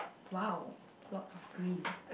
!wow! lots of green